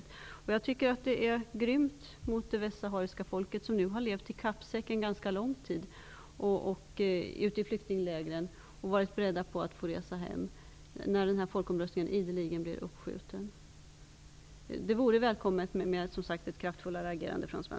Jag tycker att det är grymt mot det västsahariska folket som nu har levt i kappsäck en ganska lång tid i flyktinglägren, när den här folkomröstningen ideligen blir uppskjuten. De har varit beredda på att få resa hem. Det vore välkommet med ett kraftfullare agerande från